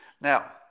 Now